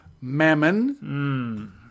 mammon